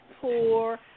poor